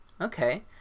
Okay